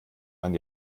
man